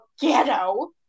ghetto